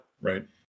Right